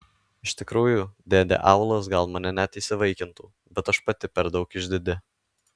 iš tikrųjų dėdė aulas gal mane net įsivaikintų bet aš pati per daug išdidi